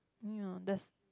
yeah does